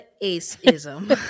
ace-ism